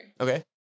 okay